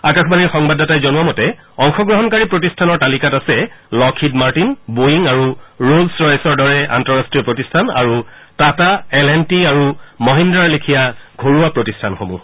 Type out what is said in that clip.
আকাশবাণীৰ সংবাদদাতাই জনোৱা মতে অংশগ্ৰহণকাৰী প্ৰতিষ্ঠানৰ তালিকাত আছে লকহিড মাৰ্টিন বোয়িং আৰু ৰ লছ ৰয়েচৰ দৰে আন্তঃৰাষ্টীয় প্ৰতিষ্ঠান আৰু টাটা এল এণ্ড টি আৰু মহিন্দ্ৰাৰ লেখিয়া ঘৰুৱা প্ৰতিষ্ঠানসমূহ